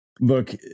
Look